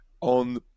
on